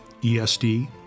ESD